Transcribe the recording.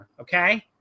Okay